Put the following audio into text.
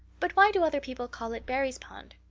but why do other people call it barry's pond?